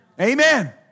Amen